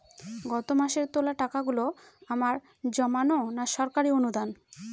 গত মাসের তোলা টাকাগুলো আমার জমানো না সরকারি অনুদান?